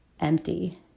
empty